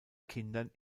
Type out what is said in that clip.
kindern